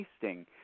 tasting